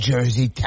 Jersey